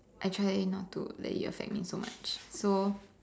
I try not to let it affect me so much so